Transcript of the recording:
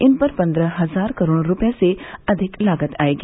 इन पर पन्द्रह हजार करोड़ रुपये से अधिक लागत आएगी